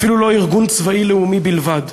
אפילו לא ארגון צבאי לאומי בלבד.